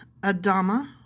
Adama